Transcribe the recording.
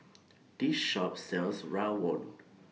This Shop sells Rawon